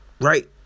right